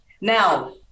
Now